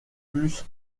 plus